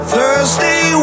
Thursday